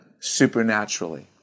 supernaturally